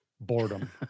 Boredom